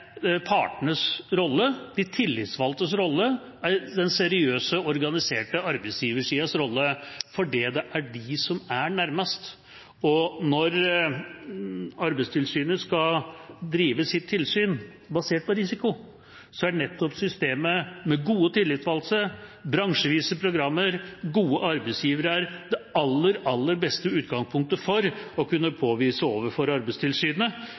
er de som er nærmest. Når Arbeidstilsynet skal drive sitt tilsyn basert på risiko, er nettopp systemet med gode tillitsvalgte, bransjevise program og gode arbeidsgivere det aller, aller beste utgangspunktet for å kunne påvise overfor Arbeidstilsynet